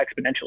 exponentially